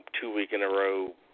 two-week-in-a-row